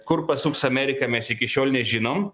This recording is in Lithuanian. kur pasuks amerika mes iki šiol nežinom